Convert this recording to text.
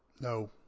No